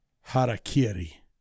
harakiri